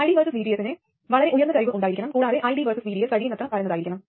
ID vs VGS ന് വളരെ ഉയർന്ന ചരിവ് ഉണ്ടായിരിക്കണം കൂടാതെ ID vs VDS കഴിയുന്നത്ര പരന്നതായിരിക്കണം